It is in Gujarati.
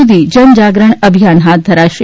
સુધી જનજાગરણ અભિયાન હાથ ધરાશે